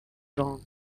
wrong